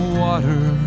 water